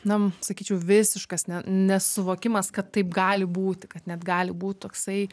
na sakyčiau visiškas ne nesuvokimas kad taip gali būti kad net gali būt toksai